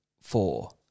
four